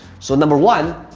so number one,